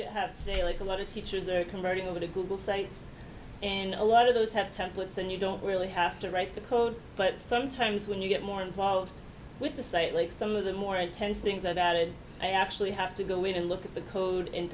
they have they like a lot of teachers are converting over to google sites and a lot of those have templates and you don't really have to write the code but sometimes when you get more involved with the site like some of the more intense things that it may actually have to go in and look at the code and